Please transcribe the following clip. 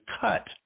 cut